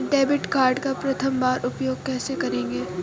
Debit card का प्रथम बार उपयोग कैसे करेंगे?